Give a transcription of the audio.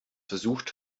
versucht